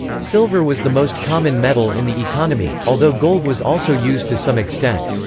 silver was the most common metal in the economy, although gold was also used to some extent.